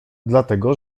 dlatego